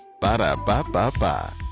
Ba-da-ba-ba-ba